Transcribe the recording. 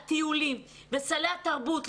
הטיולים וסלי התרבות,